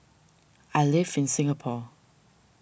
I live in Singapore